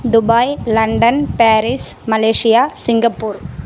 Dubai London Paris Malaysia Singapore